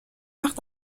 وقت